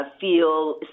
feel